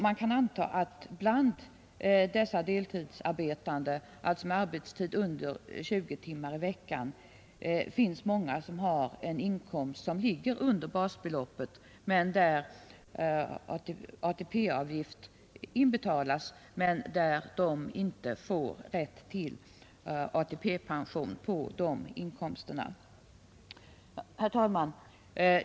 Man kan anta att det bland dessa deltidsarbetande med en arbetstid under 20 timmar i veckan finns många som har en inkomst understigande basbeloppet för vilka ATP-avgift inbetalas trots att de inte får rätt till ATP-pension på denna inkomst. Herr talman!